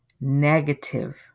negative